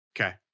Okay